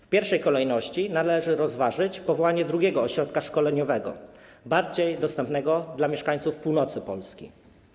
W pierwszej kolejności należy rozważyć powołanie drugiego ośrodka szkoleniowego, bardziej dostępnego dla mieszkańców północnej Polski.